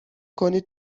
کنید